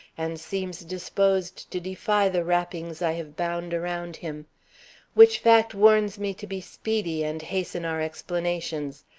and seems disposed to defy the wrappings i have bound around him which fact warns me to be speedy and hasten our explanations.